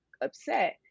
upset